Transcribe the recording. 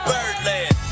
Birdland